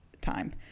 time